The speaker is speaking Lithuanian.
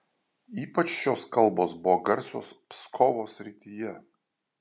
ypač šios kalbos buvo garsios pskovo srityje